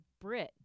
brick